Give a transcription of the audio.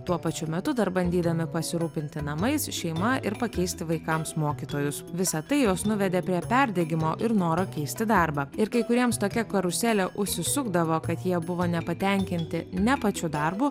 tuo pačiu metu dar bandydami pasirūpinti namais šeima ir pakeisti vaikams mokytojus visa tai juos nuvedė prie perdegimo ir noro keisti darbą ir kai kuriems tokia karuselė užsisukdavo kad jie buvo nepatenkinti ne pačiu darbu